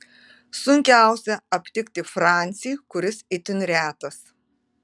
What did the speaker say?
sunkiausia aptikti francį kuris itin retas